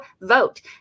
vote